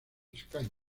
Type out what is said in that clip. escaños